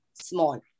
small